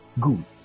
good